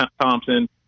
Thompson